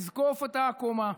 יזקוף את הקומה,